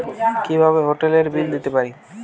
কিভাবে হোটেলের বিল দিতে পারি?